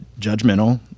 judgmental